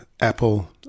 Apple